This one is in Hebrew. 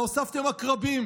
אלא הוספתם עקרבים,